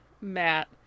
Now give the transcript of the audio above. Matt